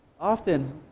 often